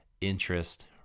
interest